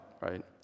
Right